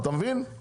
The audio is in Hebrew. אתה מבין?